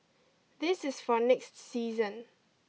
this is for next season